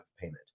payment